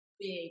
big